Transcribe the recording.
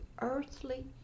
Earthly